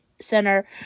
Center